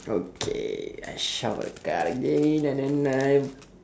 okay I shuf~ the card again and then I